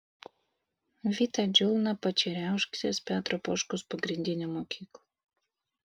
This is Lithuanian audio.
vita džiulna pačeriaukštės petro poškaus pagrindinė mokykla